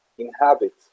inhabit